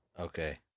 Okay